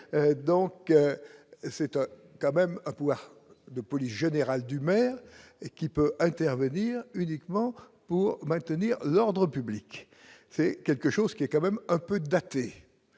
donc c'est un quand même un pouvoir de police générale du maire et qui peut intervenir uniquement pour maintenir l'ordre public, c'est quelque chose qui est quand même un peu daté,